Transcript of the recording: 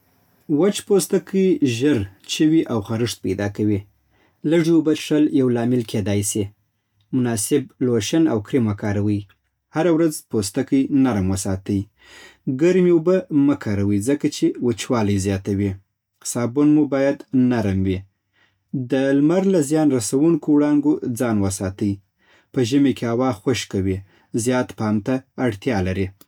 وچ پوستکی ژر چوي او خارښت پیدا کوي. لږې اوبه څښل یو لامل کېدای سي. مناسب لوشن او کریم وکاروئ. هره ورځ پوستکی نرم وساتئ. ګرمې اوبه مه کاروئ، ځکه چې وچوالی زیاتوي. صابون مو باید نرم وي. د لمر له زیان رسوونکو وړانګو ځان وساتئ. په ژمي کې هوا خشکه وي، زیات پام ته اړتیا لري